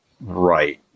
right